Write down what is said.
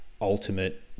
ultimate